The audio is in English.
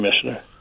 commissioner